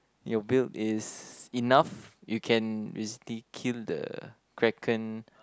your build is enough you can basically kill the Kraken